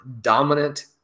dominant